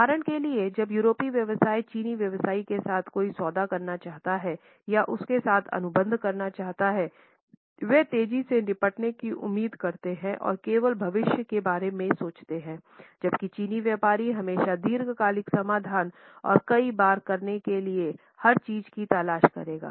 उदाहरण के लिए जब यूरोपीय व्यवसायी चीनी व्यवसायी के साथ कोई सौदा करना चाहता है या उसके साथ अनुबंध करना चाहता है वे तेजी से निपटने की उम्मीद करते हैं और केवल भविष्य के बारे में सोचते हैं जबकि चीनी व्यापारी हमेशा दीर्घकालिक समाधान और कई बार करने के लिए हर चीज की तलाश करेगा